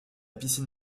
piscine